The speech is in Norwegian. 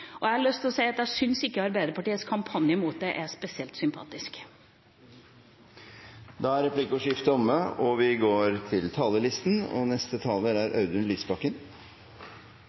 og jeg har lyst til å si at jeg syns ikke Arbeiderpartiets kampanje mot det er spesielt sympatisk. Replikkordskiftet er omme. SVs budsjettforslag er et budsjett for ny solidaritet – for solidaritet med hverandre, i en tid da arbeidsløsheten og